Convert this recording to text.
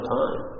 time